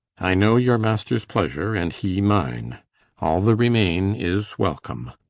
i know your master's pleasure, and he mine all the remain is, welcome.